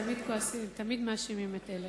תמיד מאשימים את אלה.